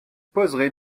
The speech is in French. poserai